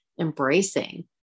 embracing